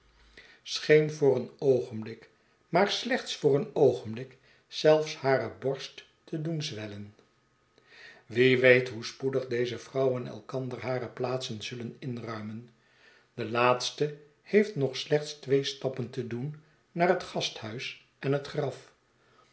scheen voor een oogenblik maar slechts voor een oogenblik zelfs hare borst te doen zwellen wie weet hoe spoedig deze vrouwen elkander hare plaatsen zullen inruimen de laatste heeft nog slechts twee stappen te doen naar het gasthuis en het graf